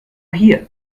hier